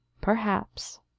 perhaps